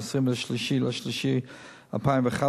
ב-23 במרס 2011,